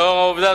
לאור העובדה,